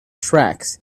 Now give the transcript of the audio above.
tracts